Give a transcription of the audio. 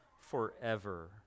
forever